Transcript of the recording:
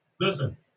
Listen